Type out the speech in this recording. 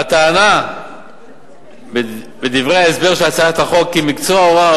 הטענה בדברי ההסבר של הצעת החוק כי מקצוע ההוראה הוא